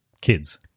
kids